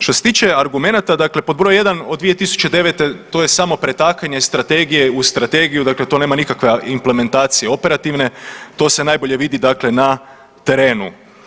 Što se tiče argumenata, dakle pod broj jedan od 2009. to je samo pretakanje iz strategije u strategiju, dakle to nema nikakve implementacije operativne, to se najbolje vidi dakle na terenu.